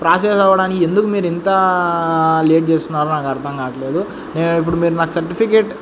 process అవ్వడానికి ఎందుకు మీరు ఇంత లేట్ చేస్తున్నారో నాకు అర్థం కావట్లేదు నేను ఇప్పుడు మీరు నాకు సర్టిఫికేట్